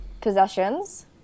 Possessions